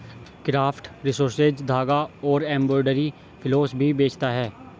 craft resources धागा और embroidery floss भी बेचता है